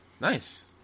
Nice